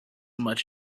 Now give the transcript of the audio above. much